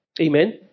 amen